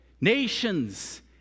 nations